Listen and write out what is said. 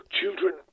children